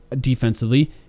defensively